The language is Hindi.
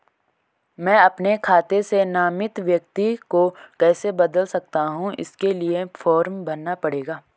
मैं अपने खाते से नामित व्यक्ति को कैसे बदल सकता हूँ इसके लिए फॉर्म भरना पड़ेगा?